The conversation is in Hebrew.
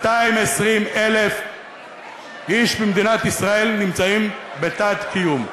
220,000 איש במדינת ישראל נמצאים בתת-קיום.